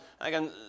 again